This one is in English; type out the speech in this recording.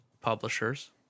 publishers